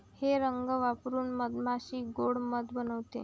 हे रंग वापरून मधमाशी गोड़ मध बनवते